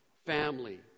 family